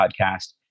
podcast